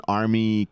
army